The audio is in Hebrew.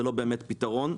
זה לא באמת פתרון.